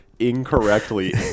incorrectly